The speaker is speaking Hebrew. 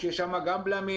כשיש שם גם בלמים,